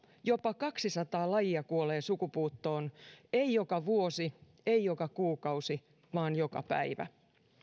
jopa kaksisataa lajia kuolee sukupuuttoon ei joka vuosi ei joka kuukausi vaan joka päivä